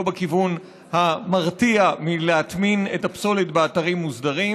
בכיוון המרתיע מלהטמין את הפסולת באתרים מוסדרים,